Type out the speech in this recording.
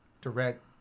direct